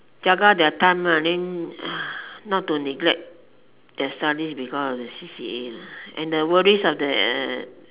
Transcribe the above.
jaga their time lah then not to neglect their studies because of their C_C_A lah and the worries of the uh